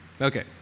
Okay